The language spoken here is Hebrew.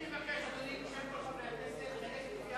אני מבקש בשם כל חברי הכנסת ללכת לפי